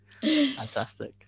Fantastic